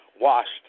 Washed